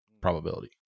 probability